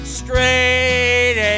straight